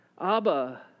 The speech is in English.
Abba